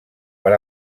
per